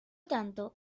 tanto